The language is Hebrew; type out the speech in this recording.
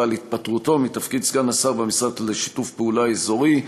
על התפטרותו מתפקיד סגן השר במשרד לשיתוף פעולה אזורי,